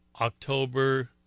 October